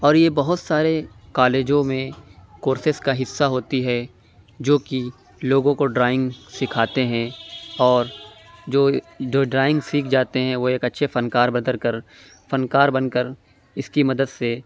اور یہ بہت سارے کالجوں میں کورسز کا حصّہ ہوتی ہے جو کہ لوگوں کو ڈرائنگ سکھا تے ہیں اور جو جو ڈرائنگ سیکھ جاتے ہیں وہ ایک اچھے فنکار بدر کر فنکار بن کر اِس کی مدد سے